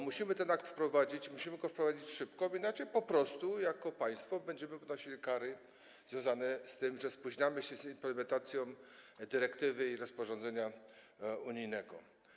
Musimy ten akt wprowadzić i musimy go wprowadzić szybko, bo inaczej po prostu jako państwo będziemy ponosili kary związane z tym, że spóźniamy się z implementacją dyrektywy i rozporządzenia unijnego.